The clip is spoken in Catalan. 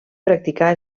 practicar